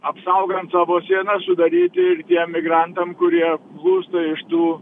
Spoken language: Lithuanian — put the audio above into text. apsaugant savo sienas sudaryti ir tiem migrantam kurie plūsta iš tų